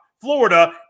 Florida